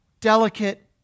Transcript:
Delicate